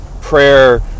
prayer